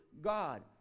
God